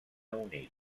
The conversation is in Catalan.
unit